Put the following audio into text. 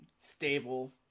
stable